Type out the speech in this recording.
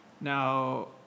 Now